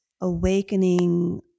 awakening